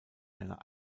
einer